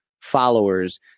followers